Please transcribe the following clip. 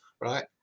right